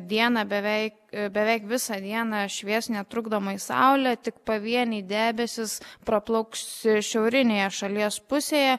dieną beveik beveik visą dieną švies netrukdomai saulė tik pavieniai debesys praplauks šiaurinėje šalies pusėje